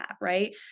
right